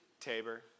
Tabor